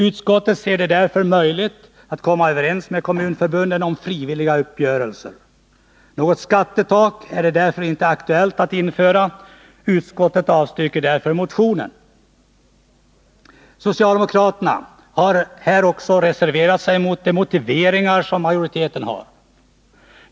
Utskottet anser det därför möjligt att komma överens med kommunförbunden genom frivilliga uppgörelser. Något skattetak är det därför inte aktuellt att införa. Utskottet avstyrker därför motionen. Socialdemokraterna har reserverat sig mot de motiveringar som majoriteten anför.